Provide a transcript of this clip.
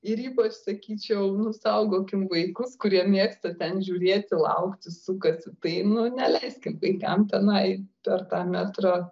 ir ypač sakyčiau nu saugokim vaikus kurie mėgsta ten žiūrėti laukti sukasi tai nu neleiskit vaikam tenai per tą metrą